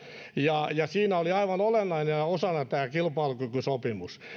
ja ja siinä oli aivan olennaisena osana tämä kilpailukykysopimus